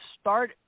start